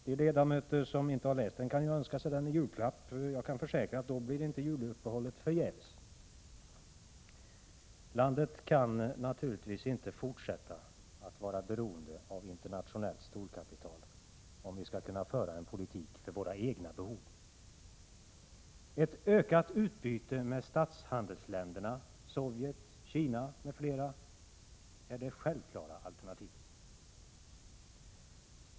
De ledamöter som inte har läst den kan ju önska sig den i julklapp. Jag kan försäkra att juluppehållet inte blir förgäves för den som läser den boken. Vårt land kan naturligtvis inte fortsätta att vara beroende av internationellt storkapital, om vi skall kunna föra en politik för våra egna behov. Ett ökat utbyte med statshandelsländerna Sovjet, Kina m.fl. är det självklara alternativet.